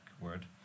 word